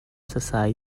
sasai